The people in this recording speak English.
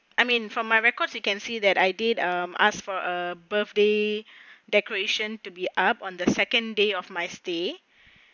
I mean from my records you can see that I did ah asked for a birthday decoration to be up on the second day of my stay